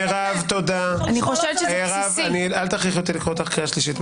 מירב, אל תכריחי לקרוא אותך קריאה שלישית.